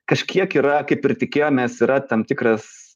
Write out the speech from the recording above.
kažkiek yra kaip ir tikėjomės yra tam tikras